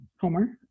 Homer